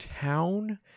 town